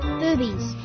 boobies